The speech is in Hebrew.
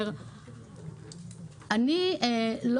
זה החזקים יותר.